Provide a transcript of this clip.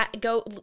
go